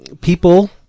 people